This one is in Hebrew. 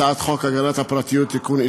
הצעת חוק הגנת הפרטיות (תיקון,